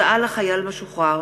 144) (הודעה לחייל משוחרר),